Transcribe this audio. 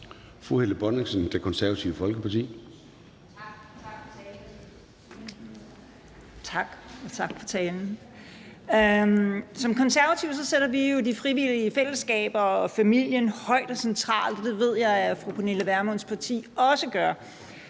Helle Bonnesen (KF): Tak, og tak for talen. Som konservative sætter vi jo de frivillige fællesskaber og familien højt og placerer dem centralt. Det ved jeg at fru Pernille Vermunds parti også gør.